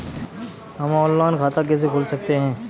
हम ऑनलाइन खाता कैसे खोल सकते हैं?